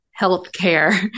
healthcare